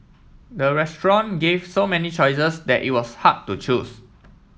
the restaurant gave so many choices that it was hard to choose